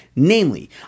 Namely